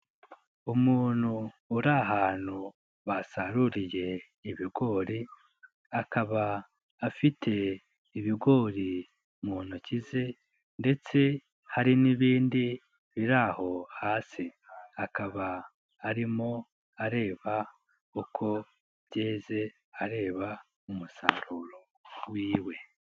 Umuntu uri ahantu basaruriye ibigori, akaba afite ibigori mu ntoki ze ndetse hari n'ibindi biri aho hasi. Akaba arimo areba uko byeze, areba umusaruro wiwe.